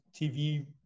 TV